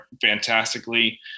fantastically